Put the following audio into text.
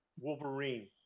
Wolverine